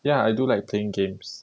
ya I do like playing games